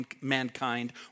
mankind